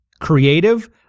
creative